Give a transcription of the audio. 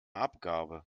abgabe